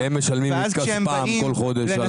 בדיוק, הם משלמים מכספם כל חודש.